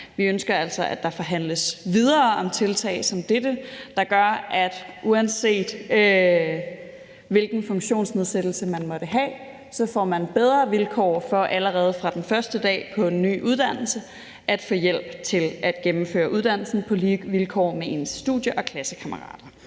Vi ønsker altså, at der forhandles videre om tiltag som dette, der gør, at man, uanset hvilken funktionsnedsættelse man måtte have, får bedre vilkår og mulighed for allerede fra den første dag på en ny uddannelse at få hjælp til at gennemføre uddannelsen på lige vilkår med ens studie- og klassekammerater.